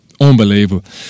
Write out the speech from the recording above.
unbelievable